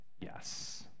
Yes